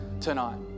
tonight